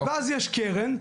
ואז יש קרן,